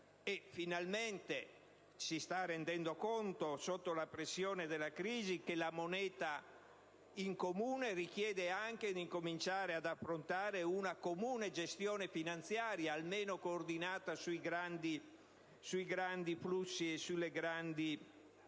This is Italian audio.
finalmente ci si sta rendendo conto, sotto la pressione della crisi, che la moneta comune richiede anche di incominciare ad approntare una comune gestione finanziaria, almeno coordinata sui grandi flussi e sui grandi indirizzi.